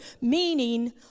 meaning